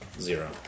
Zero